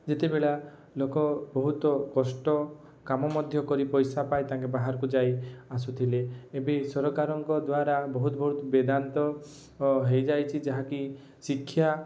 ଯେତେବେଳା ଲୋକ ବହୁତ କଷ୍ଟ କାମ ମଧ୍ୟ କରି ପଇସା ପାଏ ତାଙ୍କେ ବାହାରକୁ ଯାଇ ଆସୁଥିଲେ ଏବେ ସରକାରଙ୍କ ଦ୍ୱାରା ବହୁତ ବହୁତ ବେଦାନ୍ତ ହେଇଯାଇଛି ଯାହାକି ଶିକ୍ଷା